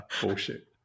bullshit